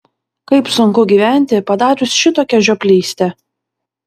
kaip sunku gyventi padarius šitokią žioplystę